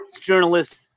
journalist